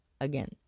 again